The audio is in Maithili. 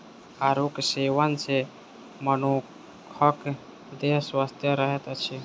आड़ूक सेवन सॅ मनुखक देह स्वस्थ रहैत अछि